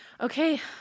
Okay